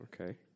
Okay